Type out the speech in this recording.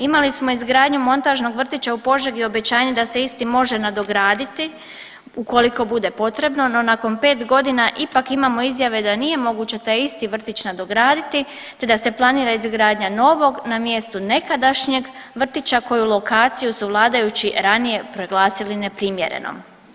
Imali smo izgradnju montažnog vrtića u Požegi, obećanje da se isti može nadograditi ukoliko bude potrebno, no nakon 5 godina ipak imamo izjave da nije moguće taj isti vrtić nadograditi te da se planira izgradnja novog na mjestu nekadašnjeg vrtića koju lokaciju su vladajući ranije proglasili neprimjerenom.